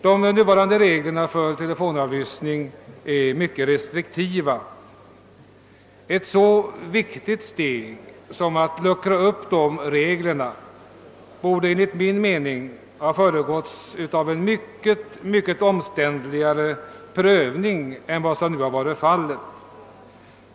De nuvarande reglerna för telefonavlyssning är mycket restriktiva, och ett så viktigt steg som att luckra upp dessa regler borde enligt min mening ha föregåtts av en mycket omständligare prövning än vad som nu har varit fallet.